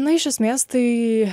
na iš esmės tai